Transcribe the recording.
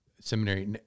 seminary